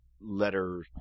letter